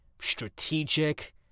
strategic